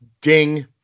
Ding